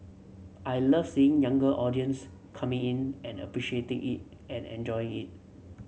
I love seeing younger audience coming in and appreciating it and enjoying it